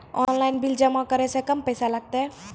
Online bill जमा करै से कम पैसा लागतै?